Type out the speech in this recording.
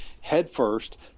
headfirst